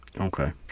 Okay